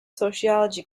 sociology